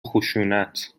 خشونت